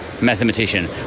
mathematician